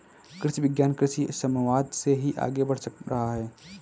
कृषि विज्ञान कृषि समवाद से ही आगे बढ़ रहा है